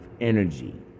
energy